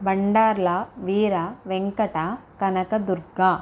Bandarla Veera Venkata Kanaka Durga